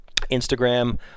Instagram